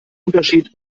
unterschied